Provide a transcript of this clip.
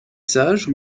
sages